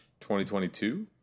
2022